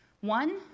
One